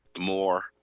More